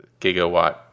gigawatt